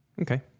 Okay